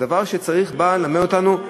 זה דבר שבא ללמד אותנו,